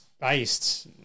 based